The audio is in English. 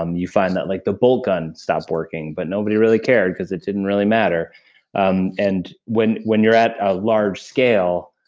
um you find that like the bolt gun stops working, but nobody really cared because it didn't really matter um and when when you're at a large scale,